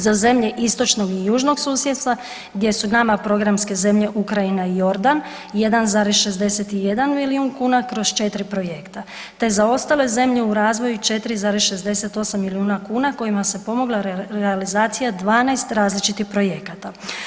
Za zemlje istočnog i južnog susjedstva gdje su nama programske zemlje Ukrajina i Jordan 1,61 milijun kuna kroz 4 projekta te za ostale zemlje u razvoju 4,68 milijuna kuna kojima se pomogla realizacija 12 različitih projekata.